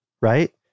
right